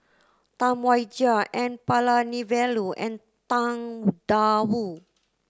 Tam Wai Jia N Palanivelu and Tang Da Wu